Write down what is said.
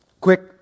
Quick